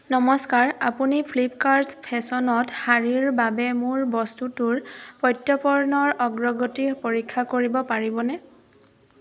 নমস্কাৰ আপুনি ফ্লিপকাৰ্ট ফেশ্বনত শাৰীৰ বাবে মোৰ বস্তুটোৰ প্ৰত্যৰ্পণৰ অগ্ৰগতি পৰীক্ষা কৰিব পাৰিবনে